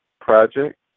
Project